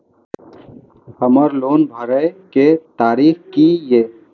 हमर लोन भरए के तारीख की ये?